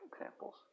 examples